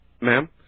Ma'am